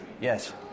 Yes